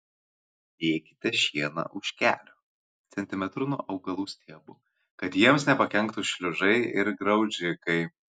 dėkite šieną už kelių centimetrų nuo augalų stiebų kad jiems nepakenktų šliužai ir graužikai